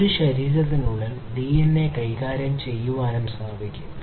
ഒരു ശരീരത്തിനുള്ളിൽ ഡിഎൻഎ കൈകാര്യം ചെയ്യാനും സാധിക്കും